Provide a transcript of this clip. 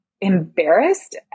embarrassed